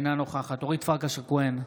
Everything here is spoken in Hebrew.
אינה נוכחת אורית פרקש הכהן,